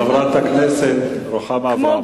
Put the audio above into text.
השרים, חברת הכנסת רוחמה אברהם,